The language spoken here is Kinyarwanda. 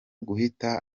guhita